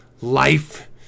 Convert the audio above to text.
life